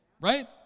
Right